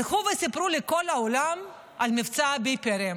הם הלכו וסיפרו לכל העולם על מבצע הביפרים.